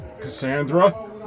Cassandra